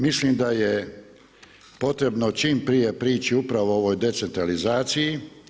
Mislim da je potrebno čim prije priči upravo ovoj decentralizaciji.